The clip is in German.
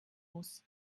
muss